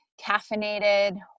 caffeinated